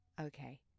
Okay